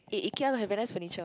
eh Ikea now have very nice furniture